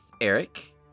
Eric